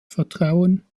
vertrauen